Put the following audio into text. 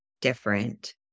different